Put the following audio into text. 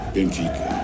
Benfica